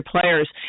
players